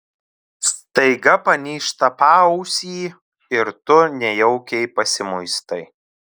staiga panyžta paausį ir tu nejaukiai pasimuistai